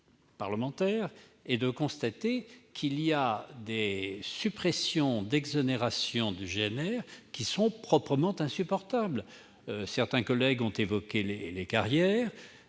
parlementaire et de constater qu'il y a des suppressions d'exonérations de gazole non routier proprement insupportables. Certains collègues ont évoqué les carrières.